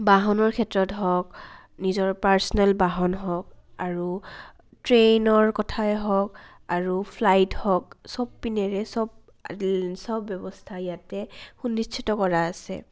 বাহনৰ ক্ষেত্ৰত হওক নিজৰ পাৰ্চনেল বাহন হওক আৰু ট্ৰেইনৰ কথাই হওক আৰু ফ্লাইট হওক চব পিনেৰে চব চব ব্যৱস্থা ইয়াতে সুনিশ্চিত কৰা আছে